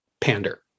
pander